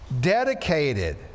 dedicated